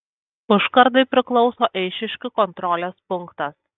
užkardai priklauso eišiškių kontrolės punktas